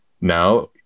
No